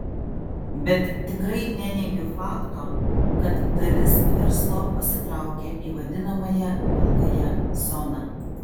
bet tikrai neneigiu fakto kad dalis verslo pasitraukė į vadinamąją pilkąją zoną